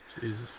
jesus